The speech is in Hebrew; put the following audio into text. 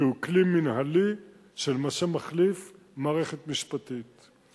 כי הוא כלי מינהלי שלמעשה מחליף מערכת משפטית.